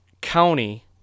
county